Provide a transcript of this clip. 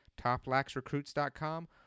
TopLaxRecruits.com